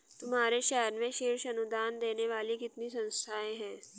तुम्हारे शहर में शीर्ष अनुदान देने वाली कितनी संस्थाएं हैं?